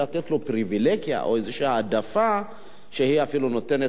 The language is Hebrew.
לתת לו פריווילגיה או איזו העדפה שאפילו נותנת